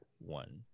one